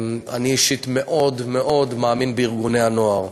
אני אישית מאוד מאוד מאמין בארגוני הנוער.